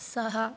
सः